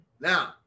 Now